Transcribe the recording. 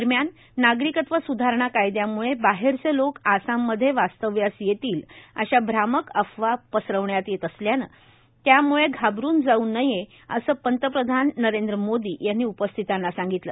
दरम्यान नागरिकत्व स्धारणा कायद्याम्ळे बाहेरचे लोक आसाममध्ये वास्तव्यास येतील अशा भ्रामक अफवा पसरविण्यात येत असल्यानं त्यामुळे घाबरून जाऊ नये असं पंतप्रधान नरेंद्र मोदी यांनी उपस्थितांना सांगितलं